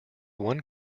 one